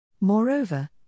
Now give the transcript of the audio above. Moreover